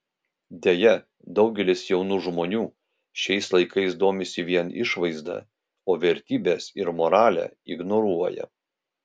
deja daugelis jaunų žmonių šiais laikais domisi vien išvaizda o vertybes ir moralę ignoruoja